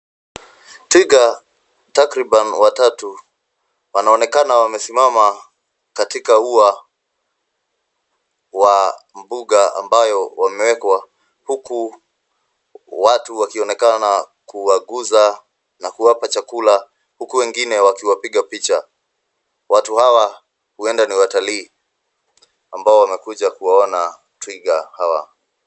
Twiga, takriban watatu, wanaonekana wamesimama katika ua wa mbuga ambayo wamewekwa, huku, watu wakionekana kuwaguza, na kuwapa chakula, huku wengine wakiwapiga picha. Watu hawa huenda ni watalii, ambao wamekuja kuwaona twiga hawa.